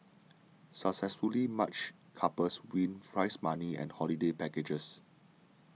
successfully matched couples win prize money and holiday packages